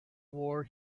war